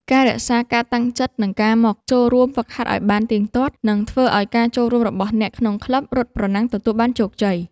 ការរក្សាការតាំងចិត្ត និងការមកចូលរួមហ្វឹកហាត់ឱ្យបានទៀងទាត់ នឹងធ្វើឱ្យការចូលរួមរបស់អ្នកក្នុងក្លឹបរត់ប្រណាំងទទួលបានជោគជ័យ។